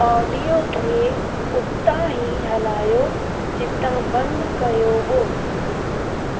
audio खे उतां ई हलायो जितां बंदि कयो हुओ